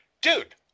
Dude